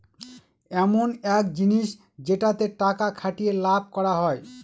ইমন এক জিনিস যেটাতে টাকা খাটিয়ে লাভ করা হয়